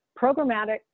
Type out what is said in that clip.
programmatic